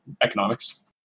economics